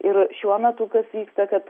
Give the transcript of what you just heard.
ir šiuo metu kas vyksta kad